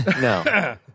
No